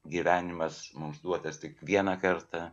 gyvenimas mums duotas tik vieną kartą